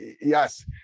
Yes